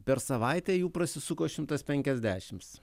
per savaitę jų prasisuko šimtas penkiasdešims